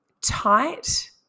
tight